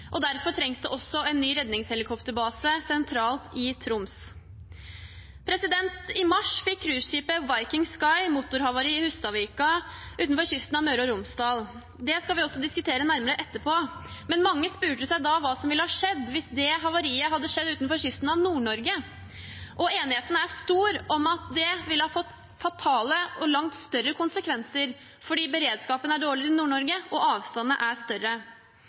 faktor. Derfor trengs det også en ny redningshelikopterbase sentralt i Troms. I mars fikk cruiseskipet «Viking Sky» motorhavari i Hustadvika utenfor kysten av Møre og Romsdal. Det skal vi også diskutere nærmere etterpå. Mange spurte seg da hva som ville skjedd hvis det havariet hadde skjedd utenfor kysten av Nord-Norge. Enigheten er stor om at det ville fått fatale og langt større konsekvenser fordi beredskapen er dårligere i Nord-Norge og avstandene er større.